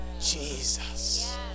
Jesus